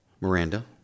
Miranda